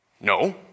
No